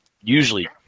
usually